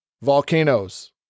volcanoes